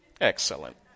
Excellent